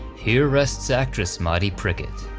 here rests actress maudie prickett.